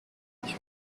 mich